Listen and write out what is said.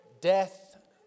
death